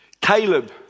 Caleb